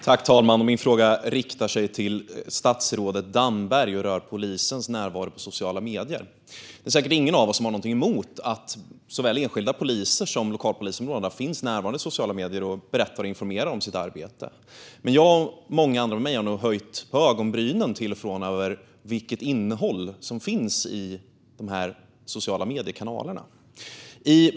Fru talman! Min fråga riktar sig till statsrådet Damberg och rör polisens närvaro på sociala medier. Det är säkert ingen av oss som har någonting emot att såväl enskilda poliser som lokalpolisområdena finns närvarande i sociala medier och berättar och informerar om sitt arbete. Men jag och många med mig har nog till och från höjt på ögonbrynen över vilket innehåll som finns i de sociala mediekanalerna.